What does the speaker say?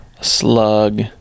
slug